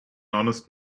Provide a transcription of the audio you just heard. honest